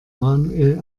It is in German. manuel